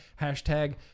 Hashtag